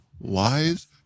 lies